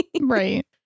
Right